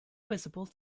visible